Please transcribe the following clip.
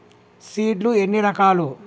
Seed లు ఎన్ని రకాలు?